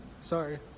Sorry